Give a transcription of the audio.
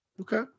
Okay